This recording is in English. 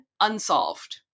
unsolved